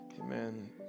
Amen